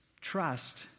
Trust